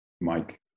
Mike